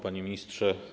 Panie Ministrze!